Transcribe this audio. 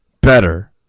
better